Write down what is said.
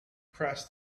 press